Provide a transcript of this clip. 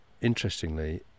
interestingly